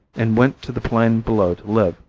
and went to the plain below to live.